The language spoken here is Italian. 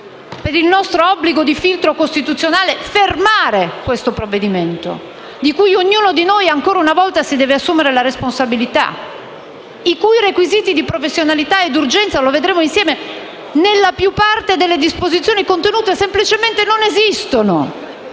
per il nostro obbligo di filtro costituzionale, fermare questo provvedimento, di cui ognuno di noi, ancora una volta, deve assumersi la responsabilità e i cui requisiti di necessità e urgenza, come vedremo, nella più parte delle disposizioni in esso contenute semplicemente non esistono.